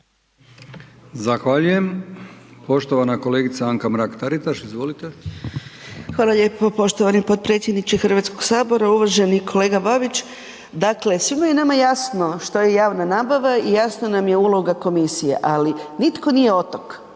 Zahvaljujem. Poštovana kolegica Anka Mrak Taritaš. **Mrak-Taritaš, Anka (GLAS)** Hvala lijepo poštovani potpredsjedniče Hrvatskoga sabora. Uvaženi kolega Babić, dakle svima je nama jasno što je javna nabava i jasna nam je uloga komisije. Ali nitko nije otok,